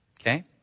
Okay